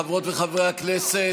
חברות וחברי הכנסת,